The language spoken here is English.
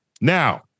Now